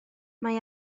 mae